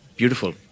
beautiful